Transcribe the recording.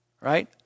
Right